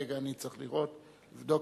רגע, אני צריך לראות, לבדוק,